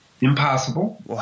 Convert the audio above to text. impossible